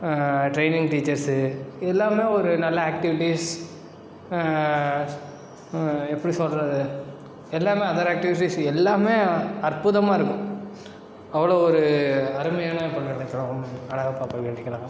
training teachers இது எல்லாமே ஒரு நல்ல ஆக்ட்டிவிட்டிஸ் எப்படி சொல்றது எல்லாமே அதர் ஆகிட்டிவிட்ஸ் எல்லாமே அற்புதமாருக்கும் அவ்ளோ ஒரு அருமையான பல்கலைக்கழகம் அழகப்பா பல்கலைக்கழகம்